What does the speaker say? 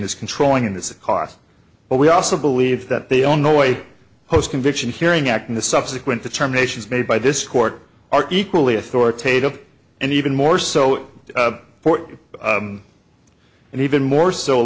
is controlling the cost but we also believe that they own noyo post conviction hearing act in the subsequent determinations made by this court are equally authoritative and even more so and even more so